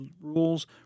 rules